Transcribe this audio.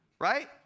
right